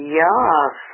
yes